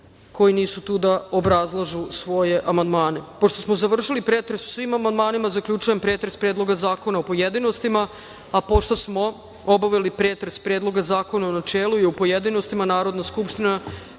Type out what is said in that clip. koji nisu tu da obrazlažu svoje amandmane. Pošto smo završili pretres o svim amandmanima, zaključujem pretres Predloga zakona, u pojedinostima, a pošto smo obavili pretres Predloga zakona, u načelu i u pojedinostima, Narodna skupština